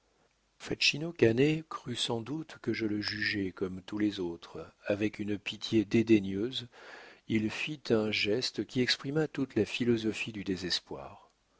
pas facino cane crut sans doute que je le jugeais comme tous les autres avec une pitié dédaigneuse il fit un geste qui exprima toute la philosophie du désespoir